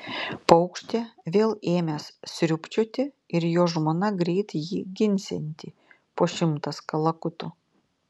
paukštė vėl ėmęs sriubčioti ir jo žmona greit jį ginsianti po šimtas kalakutų